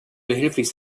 behilflich